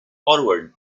forward